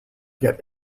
help